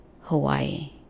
Hawaii